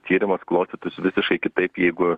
tyrimas klostytųsi visiškai kitaip jeigu